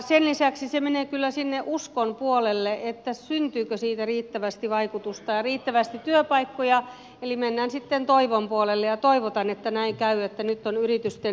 sen lisäksi se menee kyllä sinne uskon puolelle että syntyykö siitä riittävästi vaikutusta ja riittävästi työpaikkoja eli mennään sitten toivon puolelle ja toivotaan että näin käy että nyt on yritysten näyttämisen paikka